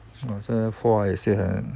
!wah! 这个花也是很